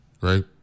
right